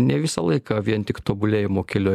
ne visą laiką vien tik tobulėjimo keliu